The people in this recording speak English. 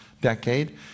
decade